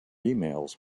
emails